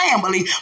family